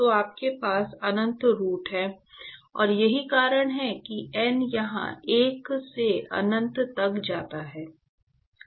तो आपके पास अनंत रुट हैं और यही कारण है कि n यहां एक से अनंत तक जाता है